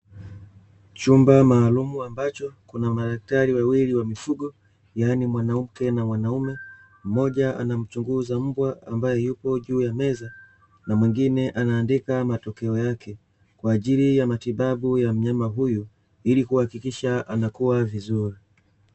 Chumba maalumu ambacho kuna madaktari wawili wa mifugo yaani mwanamke na mwanamme mmoja anamchunguza mbwa ambaye yupo juu ya meza na mwingine anaandika matokeo yake kwa ajili ya matibabu ya mnyama huyu ili kuhakikisha anakuwa vizuri.